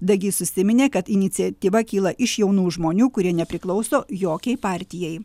dagys užsiminė kad iniciatyva kyla iš jaunų žmonių kurie nepriklauso jokiai partijai